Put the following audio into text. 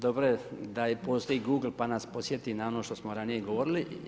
Dobro je da postoji google pa nas podsjeti na ono što smo ranije govorili.